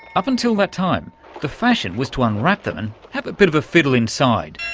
up until that time the fashion was to unwrap them and have a bit of a fiddle inside.